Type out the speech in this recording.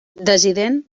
dissident